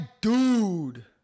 dude